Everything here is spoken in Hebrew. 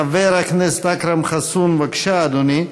חבר הכנסת אכרם חסון, בבקשה, אדוני,